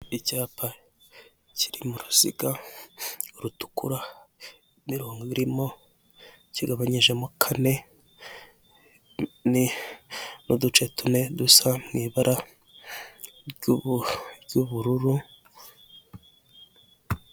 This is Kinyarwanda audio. Icyapa kirimo uruziga rutukura imirongo irimo kigabanijemo kane, n'uduce tune dusa mu ibara ry'ubururu.